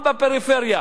גם בפריפריה,